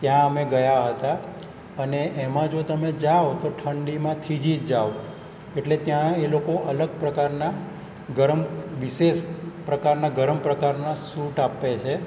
ત્યાં અમે ગયા હતા અને એમાં જો તમે જાઓ તો ઠંડીમાં થીજી જ જાઓ એટલે ત્યાં એ લોકો અલગ પ્રકારના ગરમ વિશેષ પ્રકારના ગરમ પ્રકારના સૂટ આપે છે